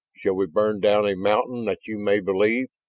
shall we burn down a mountain that you may believe?